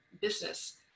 business